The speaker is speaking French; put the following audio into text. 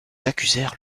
accusèrent